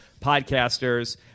podcasters